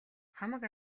хамаг